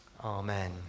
Amen